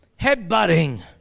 headbutting